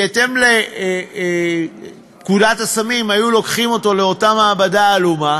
בהתאם לפקודת הסמים היו לוקחים אותו לאותה מעבדה עלומה,